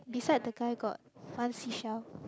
beside the guy got one seashell